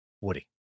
Woody